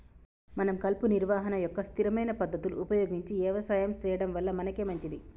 మనం కలుపు నిర్వహణ యొక్క స్థిరమైన పద్ధతులు ఉపయోగించి యవసాయం సెయ్యడం వల్ల మనకే మంచింది